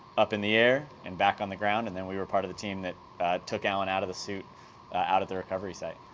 up in the air, and back on the ground. and then we were part of the team that took alan out of the suit out at the recovery site.